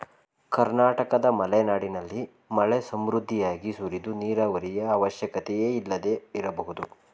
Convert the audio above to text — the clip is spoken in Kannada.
ಕರ್ನಾಟಕದ ಮಲೆನಾಡಿನಲ್ಲಿ ಮಳೆ ಸಮೃದ್ಧಿಯಾಗಿ ಸುರಿದು ನೀರಾವರಿಯ ಅವಶ್ಯಕತೆಯೇ ಇಲ್ಲದೆ ಇರಬಹುದು